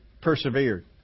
persevered